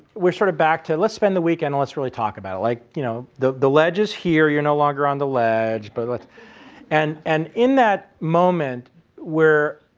we're sort of back to, let's spend the weekend and let's really talk about like, you know the the ledge is here, you're no longer on the ledge. but but and and in that moment where,